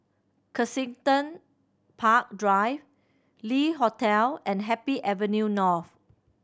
Kensington Park Drive Le Hotel and Happy Avenue North